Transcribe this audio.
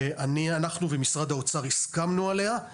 שאנחנו ומשרד האוצר הסכמנו עליה.